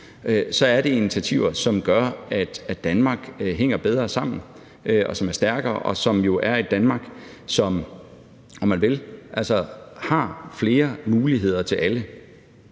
så er det initiativer, som gør, at Danmark hænger bedre sammen og er stærkere og jo er et Danmark, som giver flere muligheder til alle,